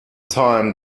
time